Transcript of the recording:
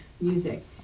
music